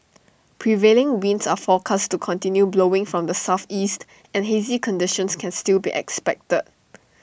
prevailing winds are forecast to continue blowing from the Southeast and hazy conditions can still be expected